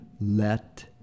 let